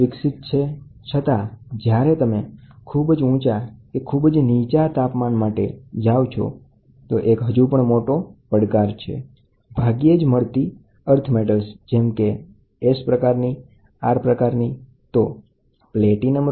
પ્રકાર thermocouple material તાપમાન range base metal પ્રકાર T copper constantan 60 200 350 J iron constantan 150 750 E chromel constantan 43ni 200 1000 K chromel 90 ni 10 cr alumel 94 ni 02 Al 03 mn 01 si 200 1300 rare metal પ્રકાર S platinum 90